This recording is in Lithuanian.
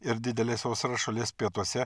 ir didelė sausra šalies pietuose